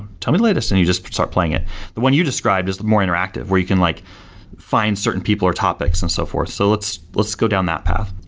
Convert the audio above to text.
tell me the latest, and you just start playing it the one you described is the more interactive, where you can like find certain people or topics and so forth. so let's let's go down that path.